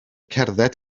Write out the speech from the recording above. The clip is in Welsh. cerdded